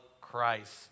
Christ